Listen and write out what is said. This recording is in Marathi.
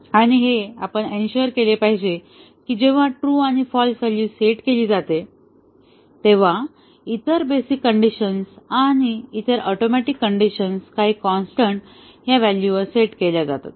आणि आपण हे इन्शुअर केले पाहिजे की जेव्हा हे ट्रू आणि फाँल्स व्हॅल्यू सेट केले जाते तेव्हा इतर बेसिक कंडिशन्स इतर ऍटोमिक कण्डिशन काही कॉन्स्टन्ट ह्या व्हॅल्यूवर सेट केल्या जातात